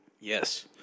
Yes